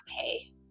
pay